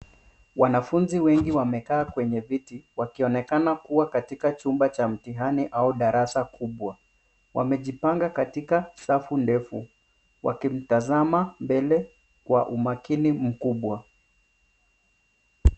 Wanafunzi wengi wamekaa kwenye viti, wakionekana kuwa katika chumba cha mtihani au darasa kubwa. Wamejipanga katika safu ndefu, wakitazama mbele kwa umakini mkubwa.